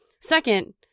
Second